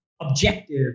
objective